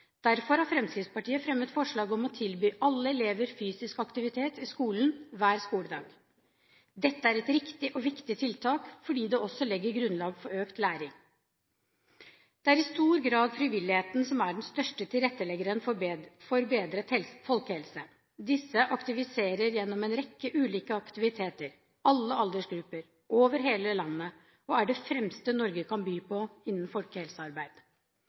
Derfor har Fremskrittspartiet fremmet forslag om å tilby alle elever fysisk aktivitet i skolen hver skoledag. Dette er et riktig og viktig tiltak fordi det også legger grunnlag for økt læring. Det er i stor grad frivilligheten som er den største tilretteleggeren for bedret folkehelse. Den aktiviserer gjennom en rekke ulike aktiviteter alle aldersgrupper over hele landet og er det fremste Norge kan by på innen folkehelsearbeid.